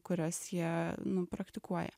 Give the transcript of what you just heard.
kurias jie nu praktikuoja